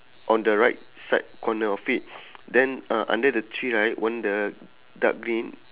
on the right side corner of it then uh under the tree right one the dark green